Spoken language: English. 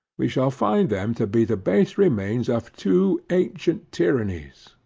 we shall find them to be the base remains of two ancient tyrannies,